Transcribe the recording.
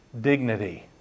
dignity